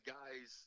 guys